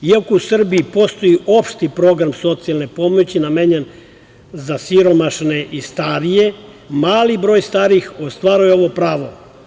Iako u Srbiji postoji opšti program socijalne pomoći namenjen za siromašne i starije, mali broj starijih ostvaruje ovo pravo.